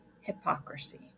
hypocrisy